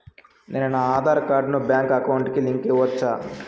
నేను నా ఆధార్ కార్డును బ్యాంకు అకౌంట్ కి లింకు ఇవ్వొచ్చా?